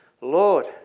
Lord